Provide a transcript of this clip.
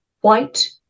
white